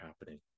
happening